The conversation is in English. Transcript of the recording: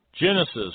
Genesis